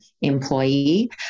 employee